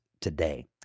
today